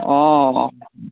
অ